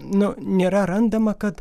nu nėra randama kad